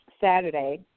Saturday